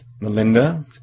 Melinda